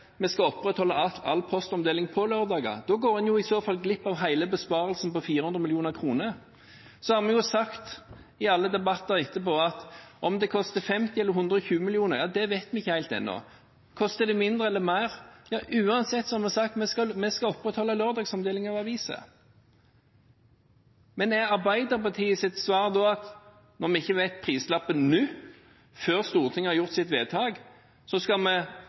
vi skal opprettholde all postomdeling på lørdager? Da går en i så fall glipp av hele besparelsen på 400 mill. kr. Så har vi sagt i alle debatter etterpå at om det koster 50 mill. kr eller 120 mill. kr, vet vi ikke helt ennå. Koster det mindre eller mer? Vi har sagt at uansett skal vi opprettholde lørdagsomdelingen av aviser. Men er Arbeiderpartiets svar da at om vi ikke vet prislappen nå, før Stortinget har gjort sitt vedtak, så skal vi